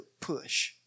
push